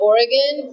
Oregon